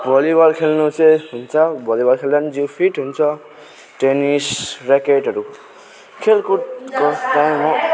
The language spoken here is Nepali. भली बल खेल्नु चाहिँ हुन्छ भली बल खेल्दा चाहिँ जिउ फिट हुन्छ टेनिस ऱ्याकेटहरू खेलकुद गर्दा म